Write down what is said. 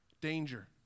danger